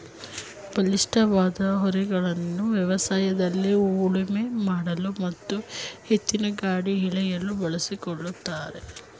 ಬಲಿಷ್ಠವಾದ ಹೋರಿಗಳನ್ನು ವ್ಯವಸಾಯದಲ್ಲಿ ಉಳುಮೆ ಮಾಡಲು ಮತ್ತು ಎತ್ತಿನಗಾಡಿ ಎಳೆಯಲು ಬಳಸಿಕೊಳ್ಳುತ್ತಾರೆ